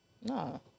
No